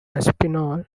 aspinall